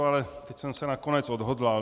Ale teď jsem se nakonec odhodlal.